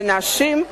לנשים,